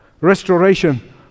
restoration